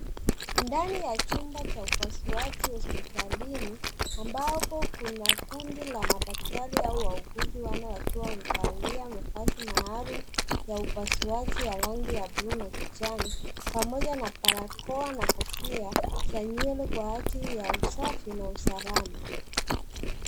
Ndani ya chumba cha upasuaji hospitalini ambapo kuna kundi la madaktari au wauguzi wanne wakiwa wamevalia mavazi maalum ya upasuaji ya rangi ya buluu na kijani pamoja na barakoa na kofia za nywele kwa ajili ya usafi na usalama.